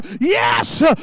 yes